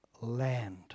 land